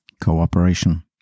Cooperation